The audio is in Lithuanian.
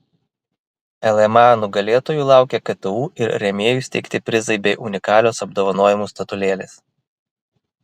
lma nugalėtojų laukia ktu ir rėmėjų įsteigti prizai bei unikalios apdovanojimų statulėlės